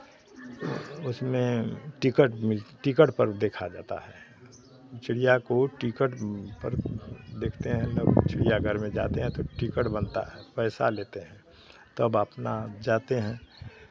उसमें टिकट मिल टिकट पर देखा जाता है चिड़िया को टिकट पर देखते हैं लोग चिड़ियाघर में जाते हैं तो टिकट बनता है पैसा लेते हैं तब अपना जाते हैं